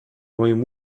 moim